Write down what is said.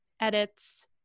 edits